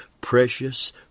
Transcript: precious